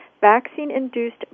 vaccine-induced